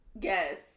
Yes